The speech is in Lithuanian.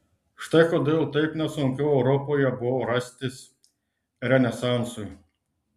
štai kodėl taip nesunku europoje buvo rastis renesansui